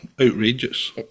outrageous